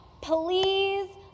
Please